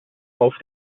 auf